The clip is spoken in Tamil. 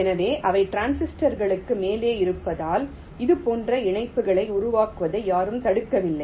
எனவே அவை டிரான்சிஸ்டர்களுக்கு மேலே இருப்பதால் இது போன்ற இணைப்புகளை உருவாக்குவதை யாரும் தடுக்கவில்லை